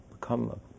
become